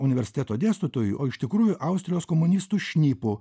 universiteto dėstytoju o iš tikrųjų austrijos komunistų šnipu